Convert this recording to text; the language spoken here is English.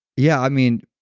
yeah, i mean,